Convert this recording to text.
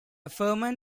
fermat